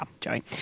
Joey